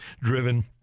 Driven